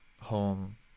home